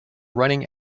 running